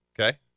Okay